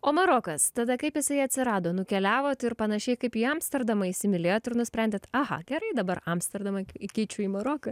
o marokas tada kaip jisai atsirado nukeliavot ir panašiai kaip į amsterdamą įsimylėjot ir nusprendėt aha gerai dabar amsterdamą keičiu į maroką